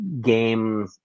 game